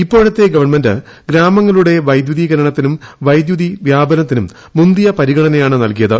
ഇപ്പോഴത്തെ ഗവൺമെന്റ് ഗ്രാമങ്ങളുടെ പ്പൈദ്യുതീകരണത്തിനും വൈദ്യുതി വ്യാപനത്തിനും മുന്തിയു പ്രിഗണനയാണ് നൽകിയത്